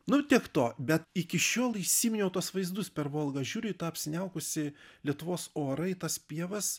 nu tiek to bet iki šiol įsiminiau tuos vaizdus per volgą žiūri į tą apsiniaukusį lietuvos orą į tas pievas